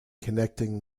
connecting